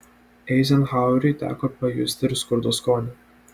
eizenhaueriui teko pajusti ir skurdo skonį